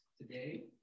today